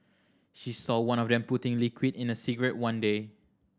she saw one of them putting liquid in a cigarette one day